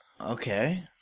Okay